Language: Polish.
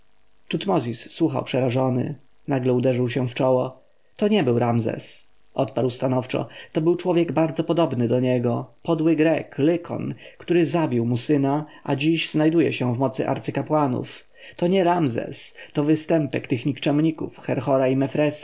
tutmozis słuchał przerażony nagle uderzył się w czoło to nie był ramzes odparł stanowczo to był człowiek bardzo podobny do niego podły grek lykon który zabił mu syna a dziś znajduje się w mocy arcykapłanów to nie ramzes to występek tych nikczemników herhora i mefresa